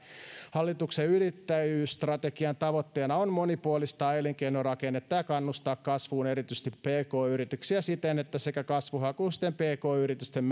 hallituksen yrittäjyysstrategian tavoitteena on monipuolistaa elinkeinorakennetta ja kannustaa kasvuun erityisesti pk yrityksiä siten että sekä kasvuhakuisten pk yritysten